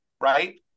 right